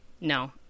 no